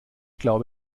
glaube